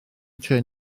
trên